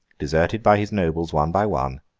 deserted by his nobles one by one,